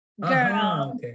girl